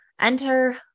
Enter